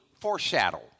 Foreshadow